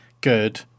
good